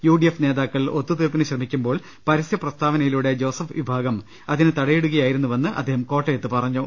UDF നേതാക്കൾ ഒത്തുതീർപ്പിന് ശ്രമിക്കുമ്പോൾ പരസ്യപ്രസ്താവനയിലൂടെ ജോസഫ് വിഭാഗം അതിന് തട യിടുകയായിരുന്നുവെന്ന് അദ്ദേഹം കോട്ടയത്ത് പറഞ്ഞു